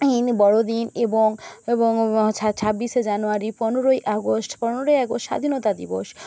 দিন বড়দিন এবং এবং ছাব্বিশে জানুয়ারি পনেরোই আগস্ট পনেরোই আগস্ট স্বাধীনতা দিবস